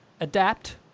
adapt